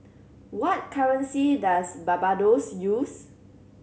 what currency does Barbados use